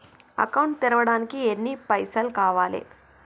Account తెరవడానికి ఎన్ని పైసల్ కావాలే?